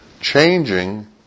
changing